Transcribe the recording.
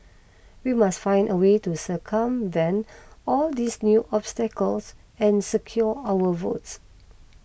we must find a way to circumvent all these new obstacles and secure our votes